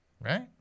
Right